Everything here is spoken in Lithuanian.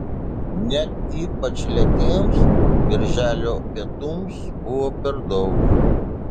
net ypač lėtiems birželio pietums buvo per daug